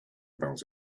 about